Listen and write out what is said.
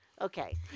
Okay